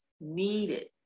needed